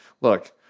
look